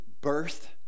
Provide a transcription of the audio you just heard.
birth